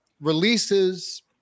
releases